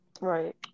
Right